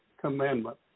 commandment